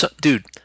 dude